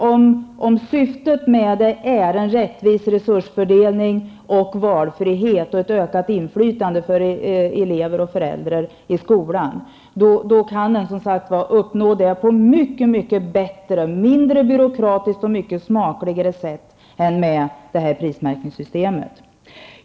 Om syftet med det är en rättvis fördelning, valfrihet och ökat inflytande för elever och föräldrar i skolan, då kan det uppnås på mycket bättre, mindre byråkratiskt och mycket smakligare sätt än med det här prismärkningssystemet.